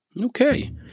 Okay